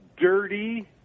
dirty